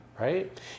right